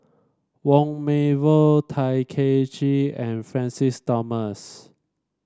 Wong Meng Voon Tay Kay Chin and Francis Thomas